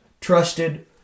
Trusted